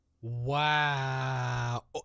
Wow